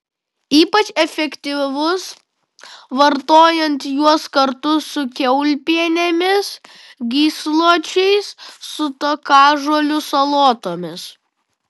ypač efektyvūs vartojant juos kartu su kiaulpienėmis gysločiais su takažolių salotomis